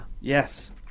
yes